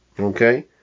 Okay